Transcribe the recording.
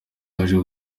yaje